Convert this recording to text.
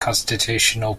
constitutional